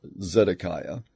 Zedekiah